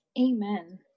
Amen